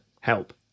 help